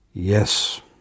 Yes